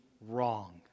wrong